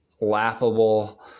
laughable